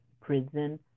prison